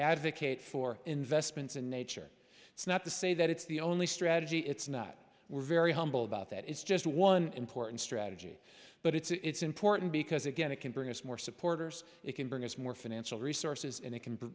advocate for investments in nature it's not to say that it's the only strategy it's not we're very humble about that it's just one important strategy but it's important because again it can bring us more supporters it can bring us more financial resources and it can